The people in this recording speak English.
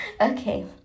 Okay